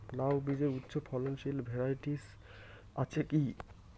লাউ বীজের উচ্চ ফলনশীল ভ্যারাইটি আছে কী?